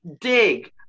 dig